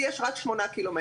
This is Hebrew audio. לי יש רק שמונה קילומטר,